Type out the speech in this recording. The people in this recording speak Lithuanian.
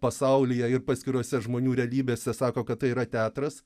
pasaulyje ir paskirose žmonių realybėse sako kad tai yra teatras